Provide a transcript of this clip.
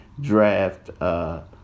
draft